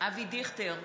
אבי דיכטר,